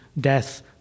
death